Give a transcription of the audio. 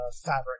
fabric